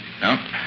No